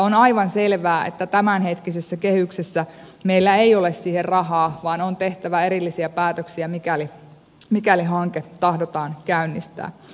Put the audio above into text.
on aivan selvää että tämänhetkisissä kehyksissä meillä ei ole siihen rahaa vaan on tehtävä erillisiä päätöksiä mikäli hanke tahdotaan käynnistää